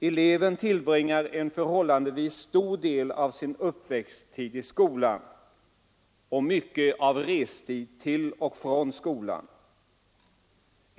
De unga tillbringar en förhållandevis stor del av sina uppväxtår i skolan och sätter till mycken tid på resor till och från skolan.